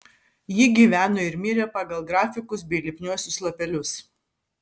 ji gyveno ir mirė pagal grafikus bei lipniuosius lapelius